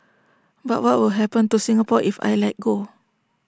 but what will happen to Singapore if I let go